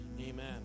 amen